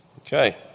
Okay